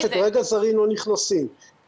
שכרגע זרים לא נכנסים.